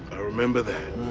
i remember that.